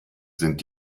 sind